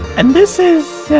and this is.